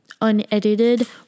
unedited